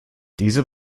diese